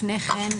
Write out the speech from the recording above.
לפני כן,